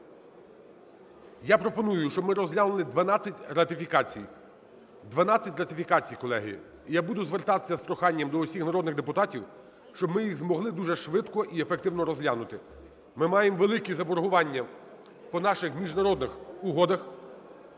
я пропоную, щоб ми розглянули 12 ратифікацій. 12 ратифікацій, колеги. І я буду звертатися до всіх народних депутатів, щоб ми їх змогли дуже швидко і ефективно розглянути. Ми маємо великі заборгування по наших міжнародних угодах.